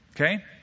okay